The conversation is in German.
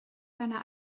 seiner